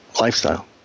lifestyle